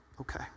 Okay